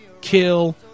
Kill